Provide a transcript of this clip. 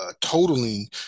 totaling